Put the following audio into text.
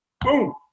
Boom